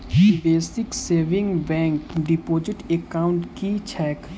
Basic savings bank deposit account की छैक?